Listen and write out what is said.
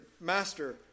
Master